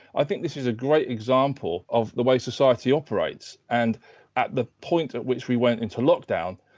i think this is a great example of the way society operates. and at the point at which we went into lockdown,